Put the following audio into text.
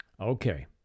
Okay